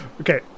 Okay